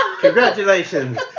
Congratulations